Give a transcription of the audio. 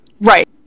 Right